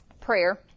Prayer